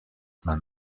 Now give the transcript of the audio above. man